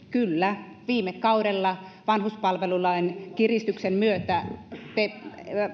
kyllä viime kaudella vanhuspalvelulain kiristyksen myötä te